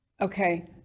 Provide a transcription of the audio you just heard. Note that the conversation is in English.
Okay